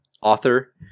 author